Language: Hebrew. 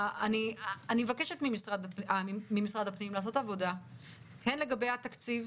אני מבקשת ממשרד הפנים לעשות עבודה הן לגבי התקציב